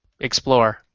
explore